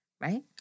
Right